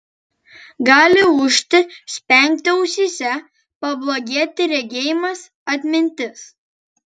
gali ūžti spengti ausyse pablogėti regėjimas atmintis